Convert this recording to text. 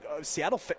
Seattle –